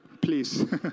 please